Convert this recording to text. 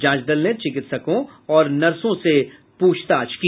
जांच दल ने चिकित्सकों और नर्सों से पूछताछ की